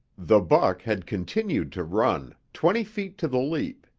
the buck had continued to run, twenty feet to the leap,